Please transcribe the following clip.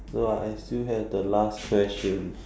no I still have the last question